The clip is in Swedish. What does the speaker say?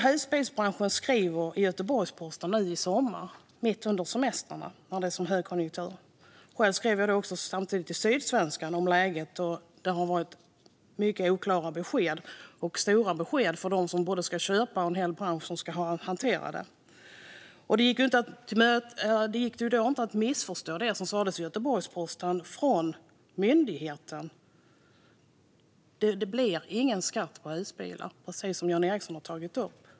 Husbilsbranschen skrev i somras - mitt under semestrarna, när det är högkonjunktur - i Göteborgs-Posten. Själv skrev jag samtidigt i Sydsvenskan om läget. Det har kommit mycket oklara besked. Dessa besked är viktiga både för dem som ska köpa och för en hel bransch som ska hantera det. Det gick inte att missförstå det som sas i Göteborgs-Posten från myndigheten om att det inte skulle bli någon skatt på husbilar, precis som Jan Ericson har tagit upp.